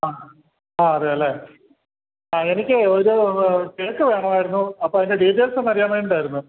ആ ആ അതെ അല്ലേ ആ എനിക്കൊരു കേക്ക് വേണമായിരുന്നു അപ്പോള് അതിൻ്റെ ഡീറ്റൈൽസ് ഒന്ന് അറിയാൻ വേണ്ടിയിട്ടായിരുന്നു